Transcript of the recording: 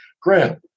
Grant